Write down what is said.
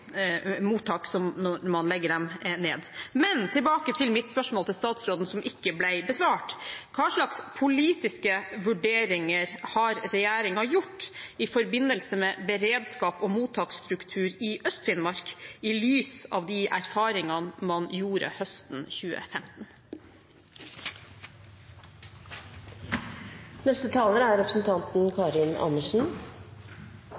mottak, som når man legger dem ned. Men tilbake til mitt spørsmål til statsråden, som ikke ble besvart: Hva slags politiske vurderinger har regjeringen gjort i forbindelse med beredskap og mottaksstruktur i Øst-Finnmark, i lys av de erfaringene man gjorde seg høsten 2015?